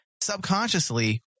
subconsciously